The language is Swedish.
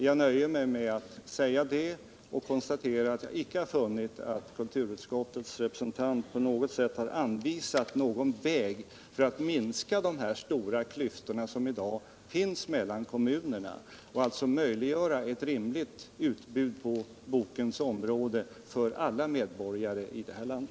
Jag nöjer mig med att säga det och konstatera att jag icke har funnit au kulturutskottets representant anvisat någon väg för att minska de stora klyftor som i dag finns mellan kommunerna och alltså möjliggöra ett rimligt utbud på bokens område för alla medborgare i vårt land.